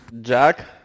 Jack